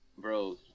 bro